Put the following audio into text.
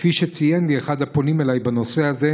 כפי שציין אחד הפונים אליי בנושא הזה,